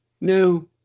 no